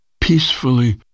Peacefully